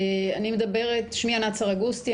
שמי ענת סרגוסטי,